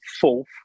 fourth